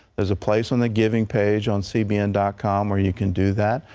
there is a place on the giving page on cbn dot com where you can do that.